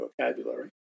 vocabulary